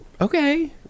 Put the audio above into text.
Okay